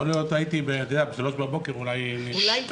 יכול להיות הייתי בשלוש בבוקר --- לא